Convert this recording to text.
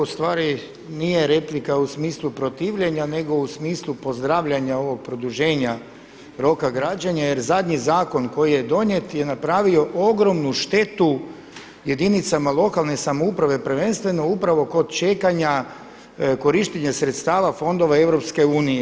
Ustvari nije replika u smislu protivljenja nego u smislu pozdravljanja ovog produženja roka građenja jer zadnji zakon koji je donijet je napravio ogromnu štetu jedinicama lokalne samouprave prvenstveno upravo kod čekanja korištenja sredstava fondova EU.